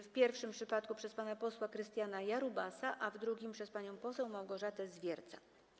W pierwszym przypadku przez pana posła Krystiana Jarubasa, a w drugim przypadku przez panią poseł Małgorzatę Zwiercan.